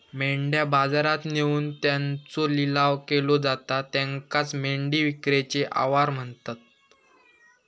मेंढ्या बाजारात नेऊन त्यांचो लिलाव केलो जाता त्येकाचं मेंढी विक्रीचे आवार म्हणतत